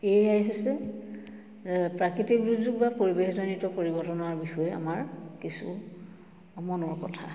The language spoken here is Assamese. এইয়াই হৈছে প্ৰাকৃতিক দুৰ্যোগ বা পৰিৱেশজনিত পৰিৱৰ্তনৰ বিষয়ে আমাৰ কিছু মনৰ কথা